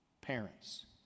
parents